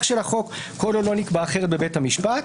של החוק כל עוד לא נקבע אחרת בבית המשפט.